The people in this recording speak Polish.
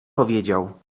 powiedział